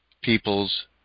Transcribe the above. people's